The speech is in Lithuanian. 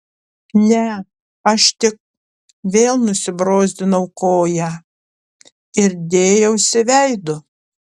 ne aš tik vėl nusibrozdinau koją ir dėjausi veidu